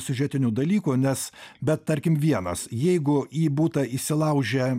siužetinių dalykų nes bet tarkim vienas jeigu į butą įsilaužia